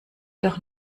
doch